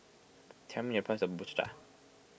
tell me the price of Cha Cha